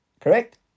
correct